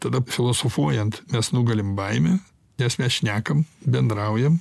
tada filosofuojant mes nugalim baimę nes mes šnekam bendraujam